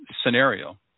scenario